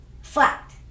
flat